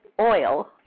oil